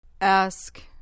Ask